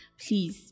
Please